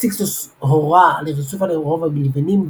סיקסטוס הורה על ריצוף הרובע בלבנים,